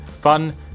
Fun